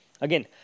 Again